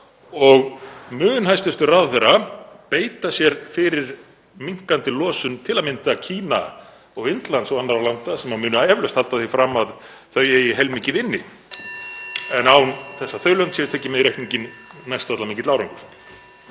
Og mun hæstv. ráðherra beita sér fyrir minnkandi losun til að mynda Kína og Indlands og annarra landa sem munu eflaust halda því fram að þau eigi heilmikið inni, en án þess að þau lönd séu tekin með í reikninginn næst varla mikill árangur?